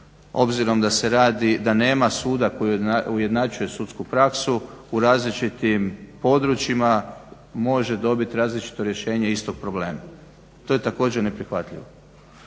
obzirom da se radi, da nema suda koji ujednačuje sudsku praksu u različitim područjima može dobiti različito rješenje istog problema. To je također neprihvatljivo.